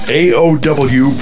aow